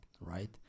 right